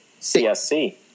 CSC